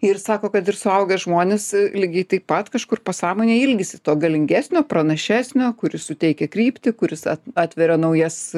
ir sako kad ir suaugę žmonės lygiai taip pat kažkur pasąmonėj ilgisi to galingesnio pranašesnio kuris suteikia kryptį kuris atveria naujas